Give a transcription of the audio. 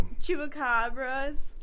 Chupacabras